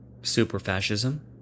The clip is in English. Superfascism